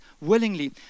willingly